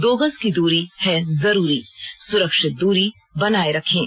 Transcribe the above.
दो गज की दूरी है जरूरी सुरक्षित दूरी बनाए रखें